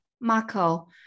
Marco